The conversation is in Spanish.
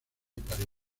parís